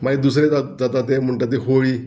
मागीर दुसरे जात जाता ते म्हणटा ते होळी